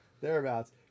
Thereabouts